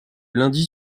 lundi